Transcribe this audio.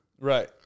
Right